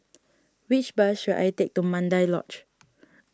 which bus should I take to Mandai Lodge